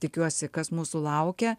tikiuosi kas mūsų laukia